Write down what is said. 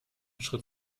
schritt